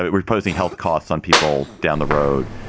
ah reposing health costs on people down the road.